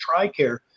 TRICARE